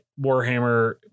Warhammer